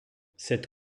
cette